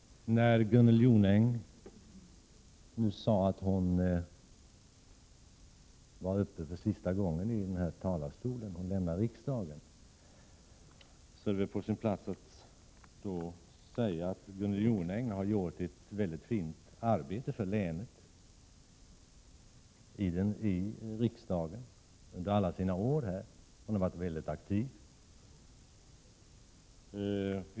När Gunnel Jonäng nu sade att hon var uppe för sista gången i talarstolen och skall lämna riksdagen, är det på sin plats att framhålla att hon under alla år i riksdagen har utfört ett väldigt fint arbete för länet. Hon har varit mycket aktiv.